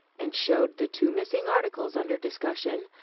and showed the two missing articles under discussion,